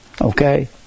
Okay